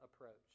approach